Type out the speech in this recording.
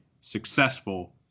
successful